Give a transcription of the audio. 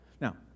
Now